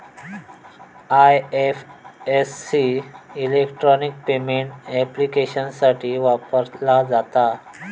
IFSC electronic payment ऍप्लिकेशन्ससाठी वापरला जाता